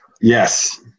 Yes